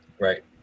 Right